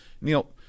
Neil